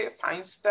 science